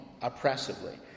oppressively